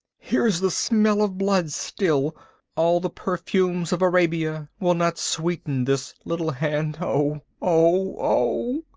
here's the smell of blood still all the perfumes of arabia will not sweeten this little hand. oh, oh, oh!